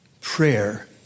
Prayer